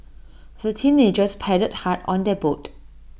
the teenagers paddled hard on their boat